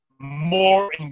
more